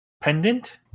pendant